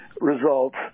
results